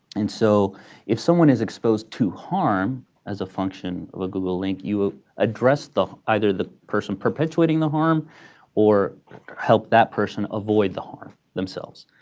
and so if someone is exposed to harm as a function of a google link, you will address the either the person perpetuating the harm or help that person avoid the harm themselves.